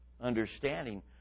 understanding